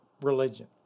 religion